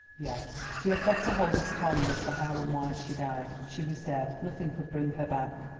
yes, he had better hold his tongue as to how and why she died. she was dead nothing could bring her back.